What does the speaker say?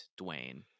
Dwayne